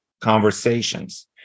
conversations